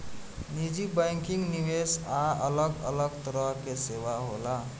निजी बैंकिंग, निवेश आ अलग अलग तरह के सेवा होला